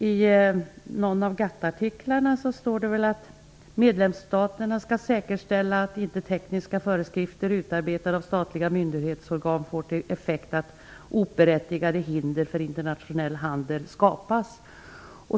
I någon av GATT artiklarna står det att medlemsstaterna skall säkerställa att inte tekniska föreskrifter utarbetade av statliga myndighetsorgan får till effekt att oberättigade hinder för internationell handel skapas.